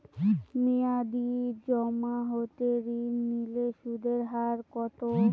মেয়াদী জমা হতে ঋণ নিলে সুদের হার কত?